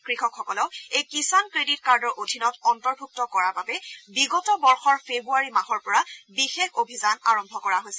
কৃষকসকলক এই কিষাণ ক্ৰেডিট কাৰ্ডৰ অধীনত অন্তৰ্ভুক্ত কৰাৰ বাবে বিগত বৰ্ষৰ ফেব্ৰুৱাৰী মাহৰ পৰা বিশেষ অভিযান আৰম্ভ কৰা হৈছে